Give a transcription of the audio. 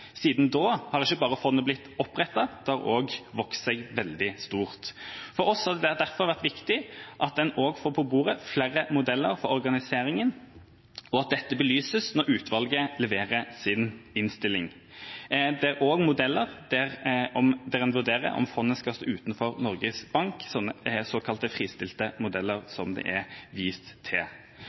Siden da har ikke bare fondet blitt opprettet, det har også vokst seg veldig stort. For oss har det derfor vært viktig at en får på bordet flere modeller for organisering, og at dette belyses når utvalget leverer sin innstilling. Det er også vist til modeller der en vurderer om fondet skal stå utenfor Norges Bank, såkalte fristilte modeller